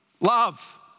Love